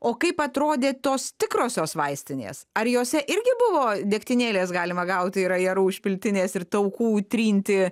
o kaip atrodė tos tikrosios vaistinės ar jose irgi buvo degtinėlės galima gauti ir ajerų užpiltinės ir taukų įtrinti